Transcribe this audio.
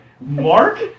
Mark